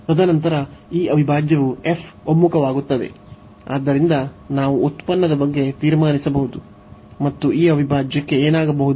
ತದನಂತರ ಈ ಅವಿಭಾಜ್ಯವು f ಒಮ್ಮುಖವಾಗುತ್ತದೆ ಆದ್ದರಿಂದ ನಾವು ಈ ಉತ್ಪನ್ನದ ಬಗ್ಗೆ ತೀರ್ಮಾನಿಸಬಹುದು ಮತ್ತು ಈ ಅವಿಭಾಜ್ಯಕ್ಕೆ ಏನಾಗಬಹುದು